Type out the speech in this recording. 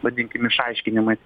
vadinkim išaiškinimais